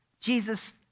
Jesus